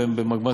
והם במגמת,